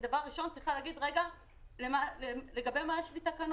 אז אנחנו דבר ראשון צריכים לשאול את עצמנו לגבי מה יש לנו תקנות.